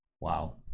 wow